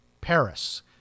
Paris